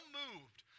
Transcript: moved